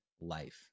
life